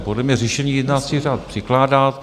Podle mě řešení jednací řád předpokládá.